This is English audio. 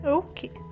okay